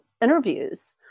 interviews